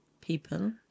people